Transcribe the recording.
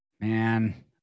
Man